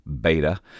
beta